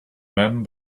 men